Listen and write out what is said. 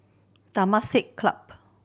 Temasek Club